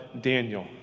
Daniel